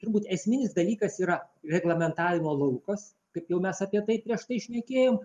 turbūt esminis dalykas yra reglamentavimo laukas kaip jau mes apie tai prieš tai šnekėjom